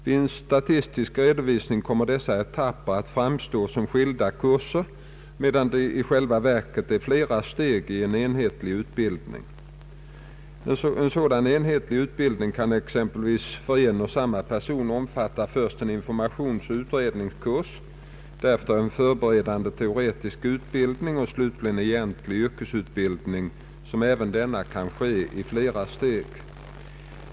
Vid en statistisk redovisning kommer dessa etapper att framstå som skilda kurser medan det i själva verket är flera steg i en enhetlig utbildning. En sådan enhetlig utbildning kan exempelvis för en och samma person omfatta först en informationsoch utredningskurs, därefter en förberedande teoretisk utbildning och slutligen egentlig yrkesutbildning, som även denna kan ske i flera steg.